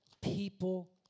people